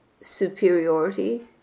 superiority